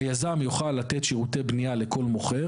היזם יוכל לתת שירותי בנייה לכל מוכר,